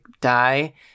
die